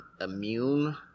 immune